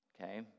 okay